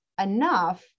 enough